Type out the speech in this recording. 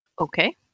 Okay